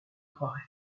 croirait